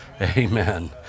Amen